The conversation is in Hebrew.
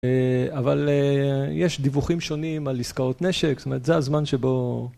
אבל יש דיווחים שונים על הזכאות נשק, זאת אומרת זה הזמן שבו...